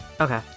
Okay